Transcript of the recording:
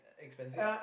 expensive